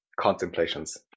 contemplations